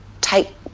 take